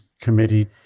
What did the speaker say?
committee